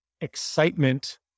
excitement